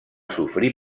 sofrir